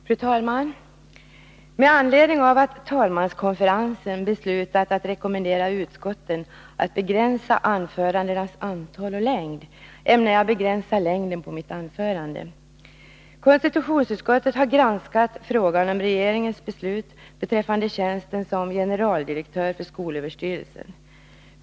Fru talman! Med anledning av att talmanskonferensen beslutat rekommendera utskotten att begränsa anförandenas antal och längd ämnar jag begränsa längden på mitt anförande. Konstitutionsutskottet har granskat frågan om regeringens beslut beträffande tjänsten som generaldirektör för skolöverstyrelsen.